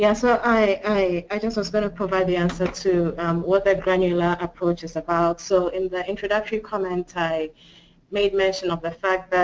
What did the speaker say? yeah so i i just was going to provide the answer to um what the granular approach is about. so in the introductory comment, i made mention of the fact